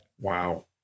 Wow